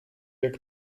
jak